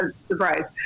Surprise